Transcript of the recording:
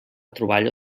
troballa